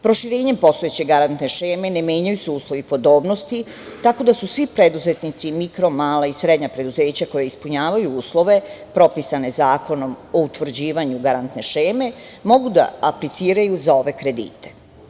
Proširenjem postojeće garantne šeme ne menjaju se uslovi podobnosti, tako da svi preduzetnici, mikro, mala i srednja preduzeća, koja ispunjavaju uslove propisane Zakonom o utvrđivanju garantne šeme, mogu da apliciraju za ove kredite.